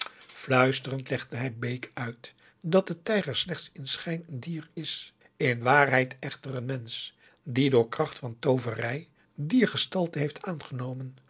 bake uit dat de tijger slechts in schijn een dier is in waarheid echter een mensch augusta de wit orpheus in de dessa die door kracht van tooverij dierengestalte heeft aangenomen